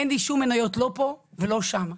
אין לי שום מניות לא פה ולא שם,